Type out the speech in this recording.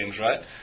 right